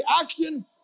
action